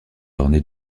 ornés